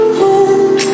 home